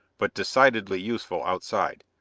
but decidedly useful outside.